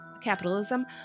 capitalism